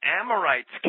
Amorites